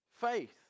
faith